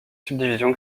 subdivision